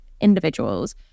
individuals